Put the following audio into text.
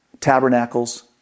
Tabernacles